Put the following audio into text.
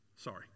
Sorry